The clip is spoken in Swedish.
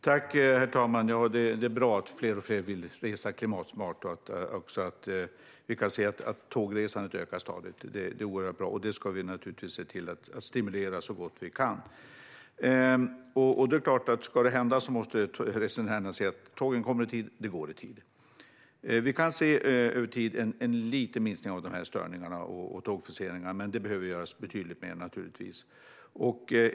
Herr talman! Det är bra att fler och fler vill resa klimatsmart. Vi kan se att tågresandet ökar stadigt, och det ska vi naturligtvis se till att stimulera så gott vi kan. Ska det hända måste tågen komma och gå i tid. Över tid har det skett en liten minskning av dessa störningar och av tågförseningarna, men det behöver göras betydligt mer.